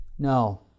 No